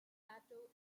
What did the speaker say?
sato